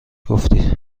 گفتی